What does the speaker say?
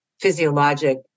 Physiologic